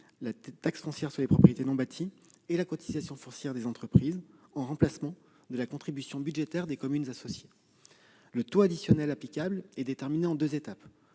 taxe foncière sur les propriétés non bâties et cotisation foncière des entreprises -en remplacement de la contribution budgétaire des communes associées. Le taux additionnel applicable et déterminé en deux étapes.